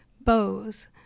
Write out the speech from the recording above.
bows